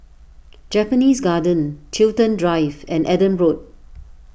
Japanese Garden Chiltern Drive and Adam Road